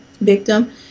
victim